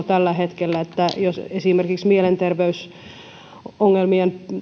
tällä hetkellä niin iso että jos esimerkiksi mielenterveysongelmien